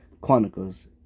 Chronicles